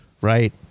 Right